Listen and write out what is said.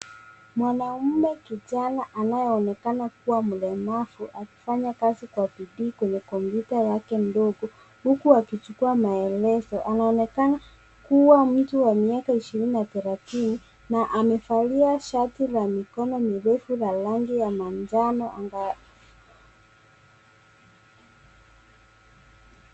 Mwanaume kijana anayeonekana kuwa mlemavu akifanya kazi kwa bidii kwenye kompyuta yake ndogo huku akichukua maelezo. Anaonekana kuwa mtu wa miaka ishirini na thelathini na amevalia shati la mikono mirefu la rangi ya manjano angavu.